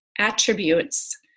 attributes